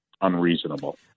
unreasonable